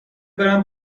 برم